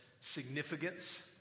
significance